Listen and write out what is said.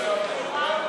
לא נתקבלה.